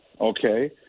okay